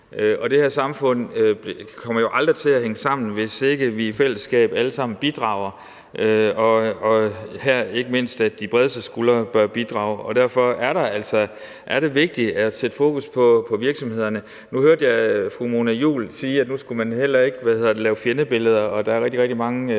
Det her samfund kommer jo aldrig til at hænge sammen, hvis ikke vi alle sammen bidrager i fællesskab. Her bør ikke mindst de bredeste skuldre bidrage, og derfor er det altså vigtigt at sætte fokus på virksomhederne. Nu hørte jeg fru Mona Juul sige, at man heller ikke skulle lave fjendebilleder,